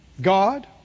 God